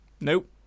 nope